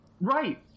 Right